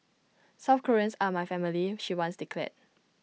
South Koreans are my family she once declared